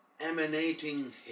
emanating